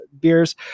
beers